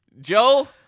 Joe